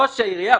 ראש העירייה,